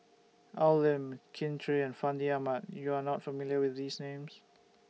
Al Lim Kin Chui and Fandi Ahmad YOU Are not familiar with These Names